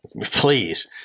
Please